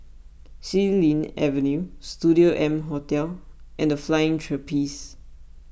Xilin Avenue Studio M Hotel and the Flying Trapeze